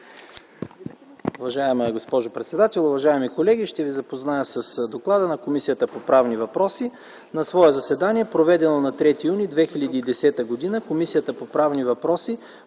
Уважаема госпожо председател, уважаеми колеги, ще ви запозная с доклада на Комисията по правни въпроси. „На свое заседание, проведено на 3 юни 2010 г.,